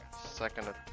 second